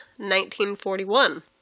1941